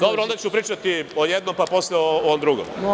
Dobro, onda ću pričati o jednom, pa posle o drugom.